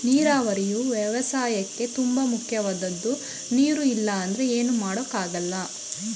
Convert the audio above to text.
ನೀರಾವರಿಯು ವ್ಯವಸಾಯಕ್ಕೇ ತುಂಬ ಮುಖ್ಯವಾದದ್ದು ನೀರು ಇಲ್ಲ ಅಂದ್ರೆ ಏನು ಮಾಡೋಕ್ ಆಗಲ್ಲ